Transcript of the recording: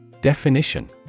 Definition